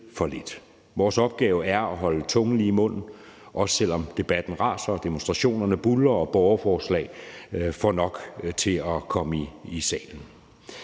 Vores opgave er at holde tungen lige i munden, også selv om debatten raser og demonstrationerne buldrer og borgerforslag får nok underskrifter